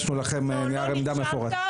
מכן נעבור למשטרה.